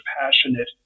passionate